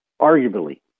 arguably